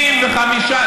85,